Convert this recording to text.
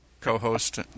co-host